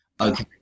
okay